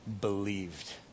believed